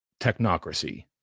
technocracy